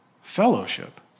fellowship